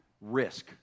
risk